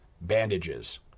bandages